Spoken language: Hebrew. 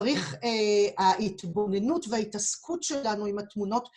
צריך... ההתבוננות וההתעסקות שלנו עם התמונות.